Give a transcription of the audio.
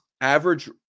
average